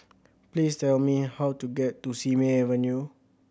please tell me how to get to Simei Avenue